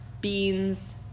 beans